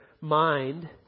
mind